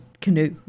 canoe